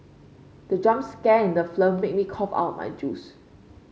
the jump scare in the film made me cough out my juice